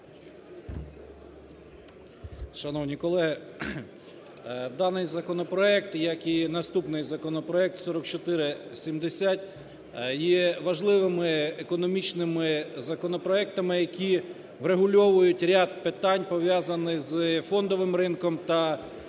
Шановні колеги, даний законопроект, як і наступний законопроект, 4470, є важливими економічними законопроектами, які врегульовують ряд питань, пов'язаних з фондовим ринком та галуззю